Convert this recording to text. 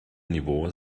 niveau